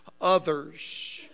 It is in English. others